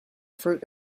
fruit